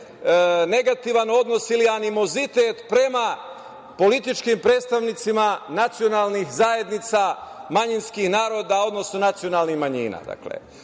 negativan odnos ili animozitet prema političkim predstavnicima nacionalnih zajednica manjinskih naroda, odnosno nacionalnih manjina.